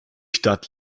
stadt